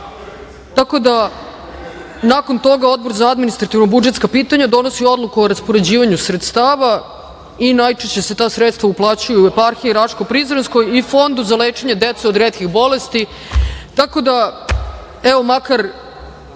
Tako da nakon toga Odbor za administrativno budžetska pitanja donosi odluku o raspoređivanju sredstava i najčešće se ta sredstva uplaćuju eparhiji Raško-Prizrenskoj i Fondu za lečenje dece od retkih bolesti. Tako, da evo, makar